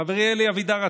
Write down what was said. חברי אלי אבידר,